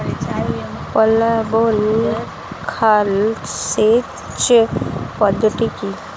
প্লাবন খাল সেচ পদ্ধতি কি?